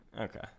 Okay